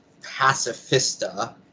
pacifista